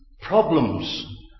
problems